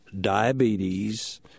diabetes